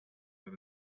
that